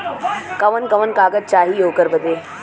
कवन कवन कागज चाही ओकर बदे?